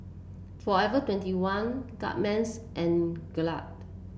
forever twenty one Guardsman and Gelare